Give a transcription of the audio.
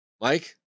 Mike